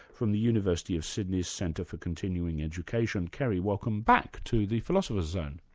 from the university of sydney's centre for continuing education. kerry, welcome back to the philosopher's zone.